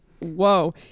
Whoa